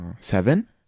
Seven